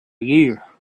year